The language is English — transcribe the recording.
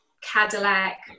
Cadillac